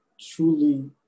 truly